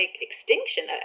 extinction